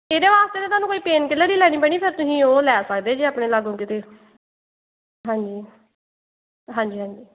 ਇਹਦੇ ਵਾਸਤੇ ਤਾਂ ਤੁਹਾਨੂੰ ਕੋਈ ਪੇਨ ਕਿੱਲਰ ਹੀ ਲੈਣੀ ਪੈਣੀ ਫਿਰ ਤੁਸੀਂ ਉਹ ਲੈ ਸਕਦੇ ਜੇ ਆਪਣੇ ਲਾਗੋਂ ਕਿਤੇ ਹਾਂਜੀ ਹਾਂਜੀ ਹਾਂਜੀ